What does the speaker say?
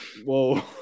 Whoa